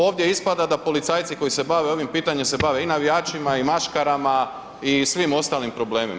Ovdje ispada da policajci koji se bave ovim pitanjem se bave i navijačima, i maškarama, i svim ostalim problemima.